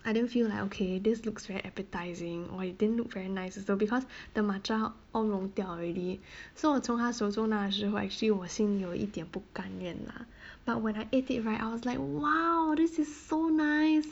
I didn't feel like okay this looks very appetising or it didn't look very nice though because the matcha all 溶掉 already so I 从她手中拿的时候 actually 我心里有一点不甘愿 lah but when I ate it right I was like !wow! this is so nice